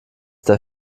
der